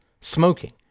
smoking